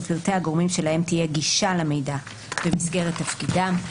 ופרטי הגורמים שלהם תהיה גישה למידע במסגרת תפקידם,